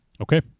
Okay